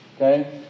Okay